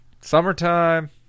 Summertime